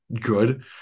good